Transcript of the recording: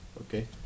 okay